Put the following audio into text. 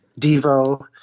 Devo